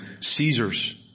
Caesar's